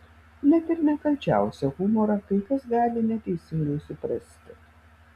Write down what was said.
net ir nekalčiausią humorą kai kas gali neteisingai suprasti